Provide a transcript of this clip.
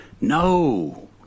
No